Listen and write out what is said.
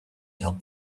help